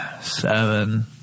seven